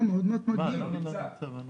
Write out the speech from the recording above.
נראה בנוסח.